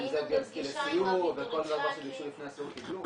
יחד עם זאב בילסקי לסיור וכל דבר שביקשו לפני הסיור קיבלו.